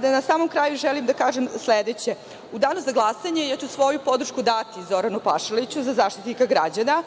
Na samom kraju želim da kažem da ću u danu za glasanje svoju podršku dati Zoranu Pašaliću za Zaštitnika građana.